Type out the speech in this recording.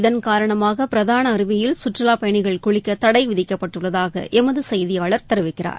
இதன் காரணமாக பிரதான அருவியில் சுற்றுலாப் பயணிகள் குளிக்க தடை விதிக்கப்பட்டுள்ளதாக எமது செய்தியாளர் தெரிவிக்கிறார்